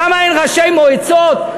למה אין ראשי מועצות?